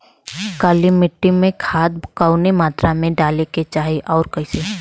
काली मिट्टी में खाद कवने मात्रा में डाले के चाही अउर कइसे?